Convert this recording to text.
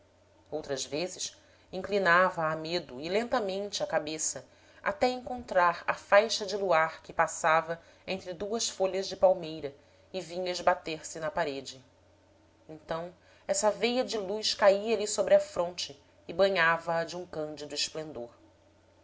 outras vezes inclinava a medo e lentamente a cabeça até encontrar a faixa de luar que passava entre duas folhas de palmeira e vinha esbater se na parede então essa veia de luz caía lhe sobre a fronte e banhava a de um cândido esplendor